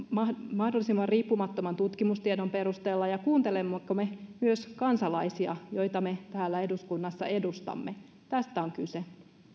mahdollisimman riippumattoman tutkimustiedon perusteella kuuntelemmeko myös kansalaisia joita me täällä eduskunnassa edustamme tästä on kyse